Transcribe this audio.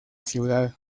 ciudad